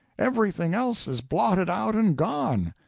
everything else is blotted out and gone.